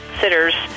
Sitters